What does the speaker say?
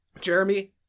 jeremy